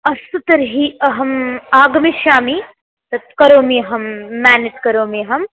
अस्तु तर्हि अहम् आगमिष्यामि तत् करोमि अहं म्यानेज् करोमि अहम्